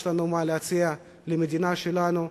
יש לנו מה להציע למדינה שלנו.